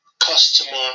customer